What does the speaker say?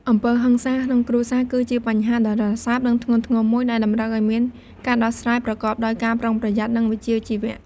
អំពើហិង្សាក្នុងគ្រួសារ គឺជាបញ្ហាដ៏រសើប និងធ្ងន់ធ្ងរមួយ ដែលតម្រូវឲ្យមានការដោះស្រាយប្រកបដោយការប្រុងប្រយ័ត្ន និងវិជ្ជាជីវៈ។